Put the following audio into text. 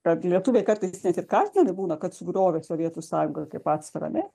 kad lietuviai kartais net ir kaltinami būna kad sugriovė sovietų sąjungą kaip atsvarą ne